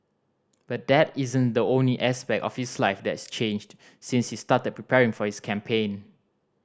but that isn't the only aspect of his life that's changed since he started preparing for his campaign